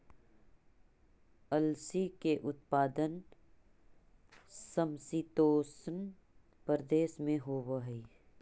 अलसी के उत्पादन समशीतोष्ण प्रदेश में होवऽ हई